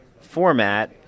format